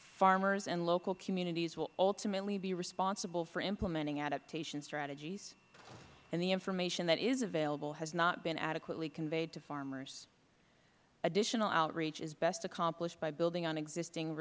farmers and local communities will ultimately be responsible for implementing adaptation strategies and the information that is available has not been adequately conveyed to farmers additional outreach is best accomplished by building on existing